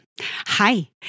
hi